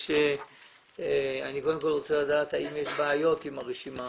אני קודם כל רוצה לדעת האם יש בעיות עם הרשימה